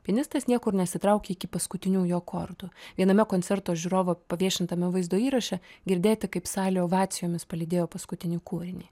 pianistas niekur nesitraukė iki paskutiniųjų akordų viename koncerto žiūrovo paviešintame vaizdo įraše girdėti kaip salė ovacijomis palydėjo paskutinį kūrinį